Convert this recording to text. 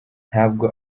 ntabwo